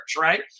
right